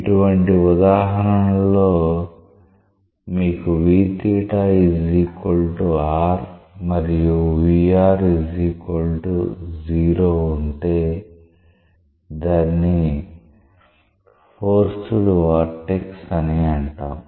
ఇటువంటి ఉదాహరణలో మీకు r మరియు ఉంటే దాన్ని ఫోర్స్డ్ వొర్టెక్స్ అని అంటాం